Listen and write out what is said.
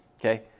Okay